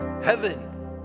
Heaven